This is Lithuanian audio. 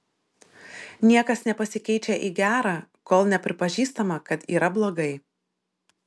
niekas nepasikeičia į gerą kol nepripažįstama kad yra blogai